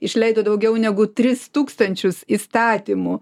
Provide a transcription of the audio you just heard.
išleido daugiau negu tris tūkstančius įstatymų